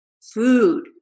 food